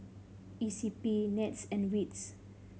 E C P NETS and wits